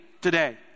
today